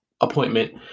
appointment